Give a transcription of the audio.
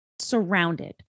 surrounded